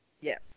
Yes